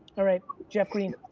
all right, jeff green.